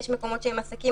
יש מקומות שהם עסקים,